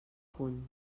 punt